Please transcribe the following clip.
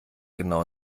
genau